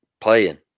playing